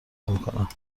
میکنم